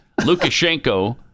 Lukashenko